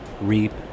reap